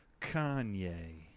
Kanye